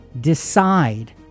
Decide